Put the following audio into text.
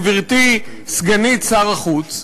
גברתי סגנית שר החוץ,